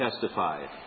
testified